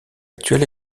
actuel